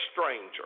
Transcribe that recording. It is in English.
stranger